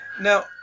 Now